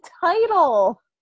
title